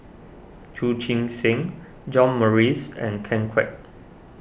Chu Chee Seng John Morrice and Ken Kwek